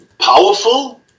powerful